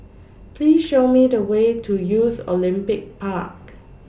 Please Show Me The Way to Youth Olympic Park